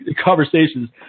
conversations